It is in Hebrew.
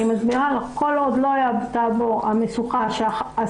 אני מסבירה לך שכל עוד לא תעבור המשוכה שהשר